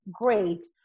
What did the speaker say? great